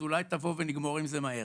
אז אולי תבוא ונגמור עם זה מהר?